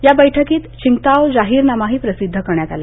या बैठकीत छिंग्ताओ जाहीरनामाही प्रसिद्ध करण्यात आला